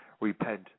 repent